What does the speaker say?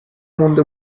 مونده